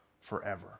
forever